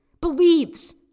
believes